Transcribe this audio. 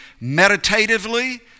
meditatively